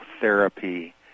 therapy